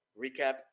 recap